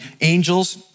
angels